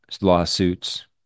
lawsuits